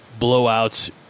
blowouts